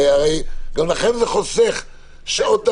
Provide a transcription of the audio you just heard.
הרי גם לכם זה חוסך שעות עבודה,